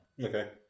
okay